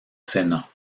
sénat